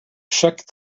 chaque